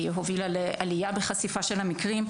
היא הובילה לעלייה בחשיפה של המקרים,